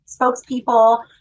spokespeople